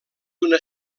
una